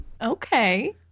Okay